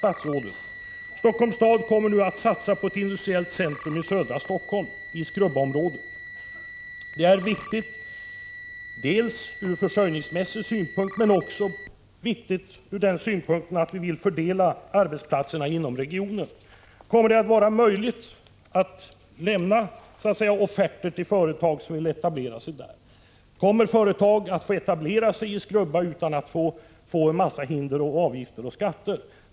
Helsingforss stad kommer nu att satsa på ett industriellt centrum i södra Helsingfors, i Skrubbaområdet. Det är viktigt dels ur försörjningssynpunkt, dels ur den synpunkten att vi vill fördela arbetsplatserna inom regionen. Jag vill fråga statsrådet: Kommer det att vara möjligt att så att säga lämna offerter till företag som vill etablera sig där? Kommer företag att få etablera sig i Skrubba utan att råka ut för en massa hinder, avgifter och skatter?